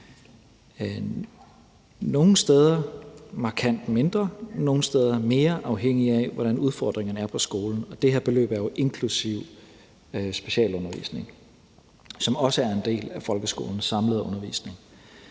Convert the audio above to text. nogle steder markant mindre og nogle steder mere, afhængigt af hvordan udfordringerne er på skolen – og det her beløb er jo inklusive specialundervisning, som også er en del af folkeskolens samlede undervisning.